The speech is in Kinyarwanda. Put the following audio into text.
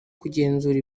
kugenzura